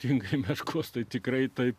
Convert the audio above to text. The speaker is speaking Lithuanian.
tvinksint skruostai tikrai taip